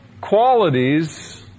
qualities